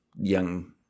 young